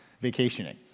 vacationing